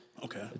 Okay